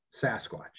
Sasquatch